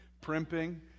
primping